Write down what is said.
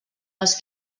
els